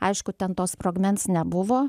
aišku ten to sprogmens nebuvo